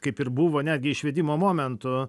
kaip ir buvo netgi išvedimo momentu